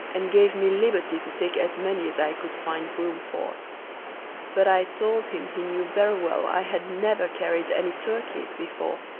and gave me liberty to take as many as i could find room for but i told him he knew very well i had never carried any turkeys before,